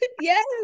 yes